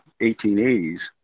1880s